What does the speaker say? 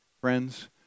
Friends